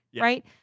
Right